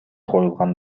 коюлган